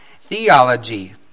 theology